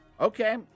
okay